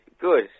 Good